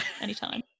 anytime